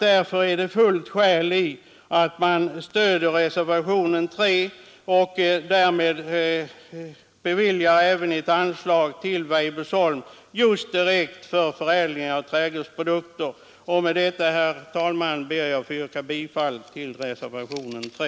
Därför finns det goda skäl att stödja reservationen 3 och därmed bevilja även Weibullsholm ett anslag för förädling av trädgårdsprodukter. Med detta, herr talman, ber jag att få yrka bifall till reservationen 3.